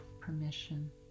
permission